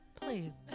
Please